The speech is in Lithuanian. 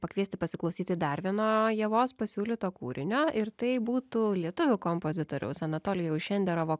pakviesti pasiklausyti dar vieno ievos pasiūlyto kūrinio ir tai būtų lietuvių kompozitoriaus anatolijaus šenderovo